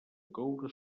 coure